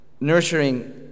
nurturing